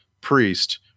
priest